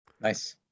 Nice